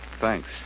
Thanks